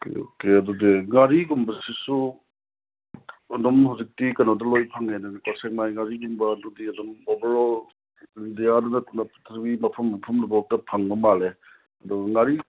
okay okay ꯑꯗꯨꯗꯤ ꯉꯥꯔꯤꯒꯨꯝꯕꯁꯤꯁꯨ ꯑꯗꯨꯝ ꯍꯧꯖꯤꯛꯇꯤ ꯀꯩꯅꯣꯗ ꯂꯣꯏ ꯐꯪꯉꯦꯗꯅ ꯁꯦꯛꯃꯥꯏ ꯉꯥꯔꯤꯒꯨꯝꯕ ꯑꯗꯨꯗꯤ ꯑꯗꯨꯝ ꯑꯣꯕꯔꯑꯣꯜ ꯏꯟꯗꯤꯌꯥꯗꯨꯗ ꯑꯗꯨꯝ ꯃꯐꯝ ꯃꯐꯝꯗꯨ ꯐꯥꯎꯗ ꯐꯪꯕ ꯃꯥꯟꯂꯦ ꯑꯗꯣ ꯉꯥꯔꯤ